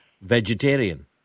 vegetarian